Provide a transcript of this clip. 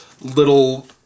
little